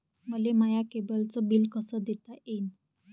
मले माया केबलचं बिल कस देता येईन?